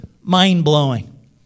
mind-blowing